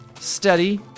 steady